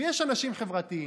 ויש אנשים חברתיים.